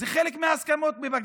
זה חלק מההסכמות בבג"ץ.